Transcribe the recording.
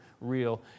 real